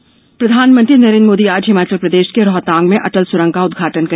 अटल सुरंग प्रधानमंत्री नरेंद्र मोदी आज हिमाचल प्रदेश के रोहतांग में अटल सुरंग का उद्घाटन करेंगे